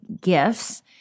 gifts